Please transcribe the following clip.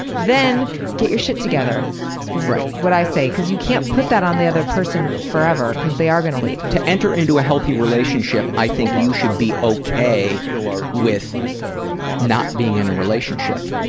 then get your shit together is what i say, cause you can't put that on the other person forever, cause they are gonna leave. to enter into a healthy relationship i think you should be okay with not being in a relationship.